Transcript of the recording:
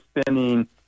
spending